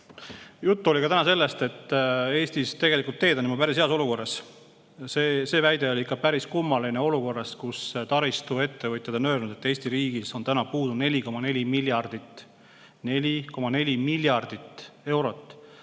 juttu ka sellest, et Eestis on teed juba päris heas korras. See väide oli ikka päris kummaline olukorras, kus taristuettevõtjad on öelnud, et Eesti riigis on puudu 4,4 miljardit –